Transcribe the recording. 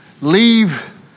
leave